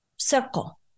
circle